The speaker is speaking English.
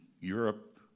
Europe